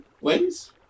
ways